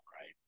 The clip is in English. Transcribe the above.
right